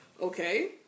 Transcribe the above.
okay